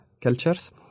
cultures